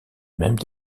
même